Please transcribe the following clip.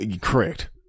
correct